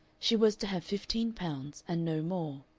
she was to have fifteen pounds, and no more.